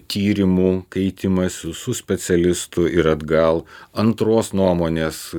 tyrimų keitimąsis su specialistu ir atgal antros nuomonės